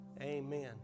amen